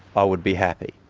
i would be happy.